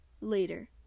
later